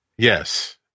Yes